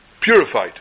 purified